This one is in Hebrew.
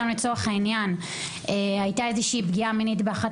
אם לצורך העניין הייתה פגיעה מינית באחד